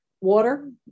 water